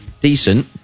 decent